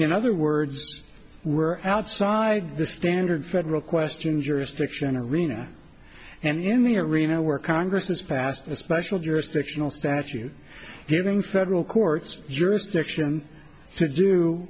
in other words we're outside the standard federal question jurisdiction arena and in the arena where congress has passed a special jurisdictional statute giving federal courts jurisdiction to do